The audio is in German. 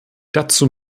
dazu